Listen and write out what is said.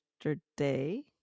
yesterday